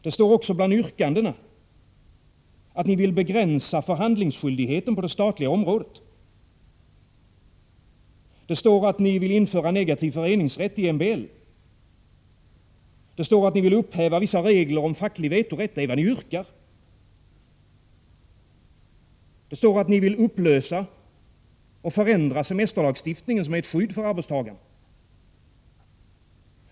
Det står också bland yrkandena att ni vill begränsa förhandlingsskyldigheten på det statliga området. Det står att ni vill införa negativ föreningsrätt i MBL. Det står att ni vill upphäva vissa regler om facklig vetorätt. Det är vad ni yrkar! Det står att ni vill upplösa och förändra semesterlagstiftningen, som är ett skydd för arbetstagarna.